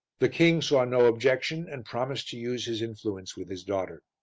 the king saw no objection and promised to use his influence with his daughter.